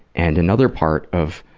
and another part of